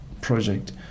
project